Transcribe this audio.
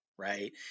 Right